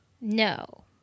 No